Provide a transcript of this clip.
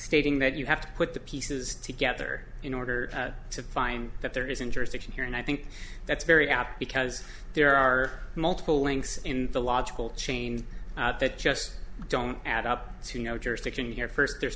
stating that you have to put the pieces together in order to find that there isn't jurisdiction here and i think that's very apt because there are multiple links in the logical chain that just don't add up to no jurisdiction here first there's